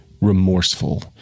remorseful